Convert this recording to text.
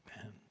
Amen